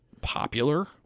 popular